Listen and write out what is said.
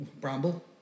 bramble